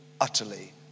utterly